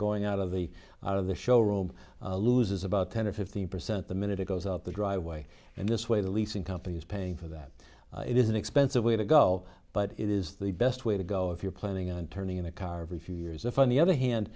going out of the out of the showroom loses about ten or fifteen percent the minute it goes out the driveway and this way the leasing company is paying for that it is an expensive way to go but it is the best way to go if you're planning on turning in a car every few years if on the other hand